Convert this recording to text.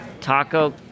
Taco